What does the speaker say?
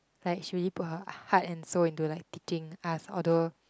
like she really put her heart and soul into like teaching us although